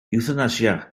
ewthanasia